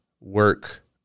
work